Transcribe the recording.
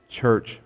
church